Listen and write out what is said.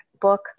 book